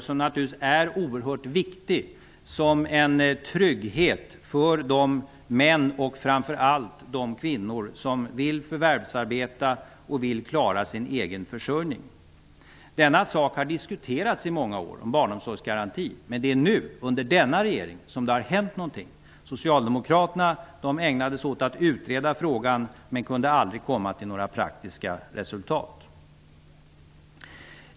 Det är naturligtvis oerhört viktigt som en trygghet för de män och framför allt de kvinnor som vill förvärvsarbeta och klara sin egen försörjning. En barnomsorgsgaranti har diskuterats i många år, men det är nu under denna regerings tid som det har hänt någonting. Socialdemokraterna ägnade sig åt att utreda frågan men kunde aldrig komma fram till några praktiska resultat.